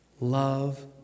Love